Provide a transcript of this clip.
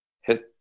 Hit